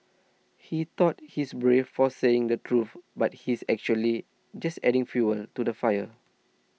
he thought he's brave for saying the truth but he's actually just adding fuel to the fire